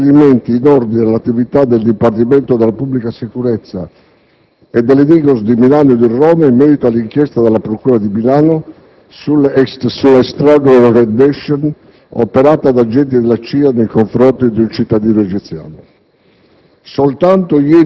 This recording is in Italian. con la quale chiedevo chiarimenti in ordine all'attività del Dipartimento della Pubblica Sicurezza e delle DIGOS di Milano e di Roma in merito all'inchiesta della procura della Repubblica di Milano sulla "*extraordinary* *rendition*" operata da agenti della CIA nei confronti di un cittadino egiziano.